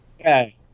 Okay